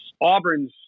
Auburn's